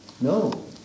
No